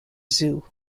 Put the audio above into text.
zoo